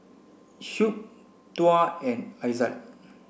Shuib Tuah and Izzat